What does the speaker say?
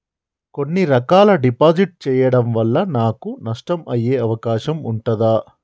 కొన్ని రకాల డిపాజిట్ చెయ్యడం వల్ల నాకు నష్టం అయ్యే అవకాశం ఉంటదా?